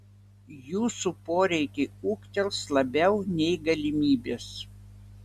jūsų poreikiai ūgtels labiau nei galimybės